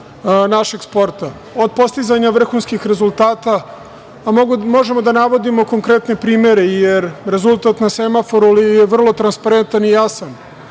našeg sporta, od postizanja vrhunskih rezultata, a možemo da navodimo konkretne primere, jer rezultat na semaforu je vrlo transparentan i jasan.